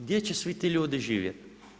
Gdje će svi ti ljudi živjeti?